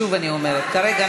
שוב אני אומרת: כרגע,